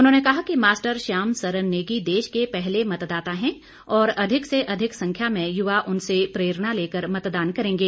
उन्होंने कहा कि मास्टर श्याम सरन नेगी देश के पहले मतदाता हैं और अधिक से अधिक संख्या में युवा उनसे प्रेरणा लेकर मतदान करेंगे